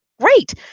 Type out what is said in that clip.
great